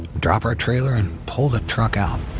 drop our trailer, and pull the truck out.